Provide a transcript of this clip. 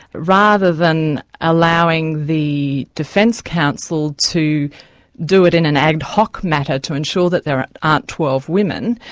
rather than allowing the defence counsel to do it in an ad hoc manner to ensure that there aren't aren't twelve women,